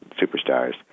superstars